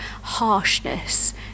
harshness